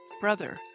brother